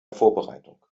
vorbereitung